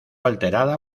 alterada